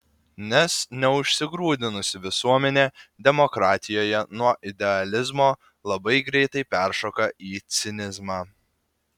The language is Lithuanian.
nes neužsigrūdinusi visuomenė demokratijoje nuo idealizmo labai greitai peršoka į cinizmą